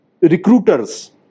recruiters